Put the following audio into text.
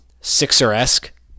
Sixer-esque